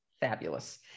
Fabulous